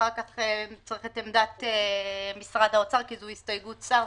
ואחר כך נצטרך את עמדת משרד האוצר כי זו הסתייגות שר,